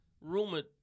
rumored